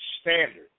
standard